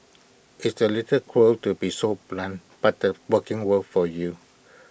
it's A little cruel to be so blunt but the working world for you